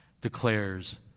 declares